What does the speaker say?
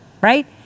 right